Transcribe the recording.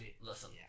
Listen